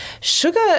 sugar